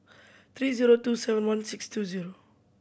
three zero two seven one six two zero